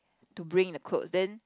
to bring the clothes then